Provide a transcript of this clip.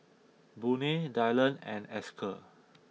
Boone Dyllan and Esker